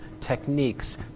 techniques